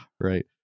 Right